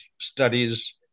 studies